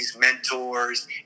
mentors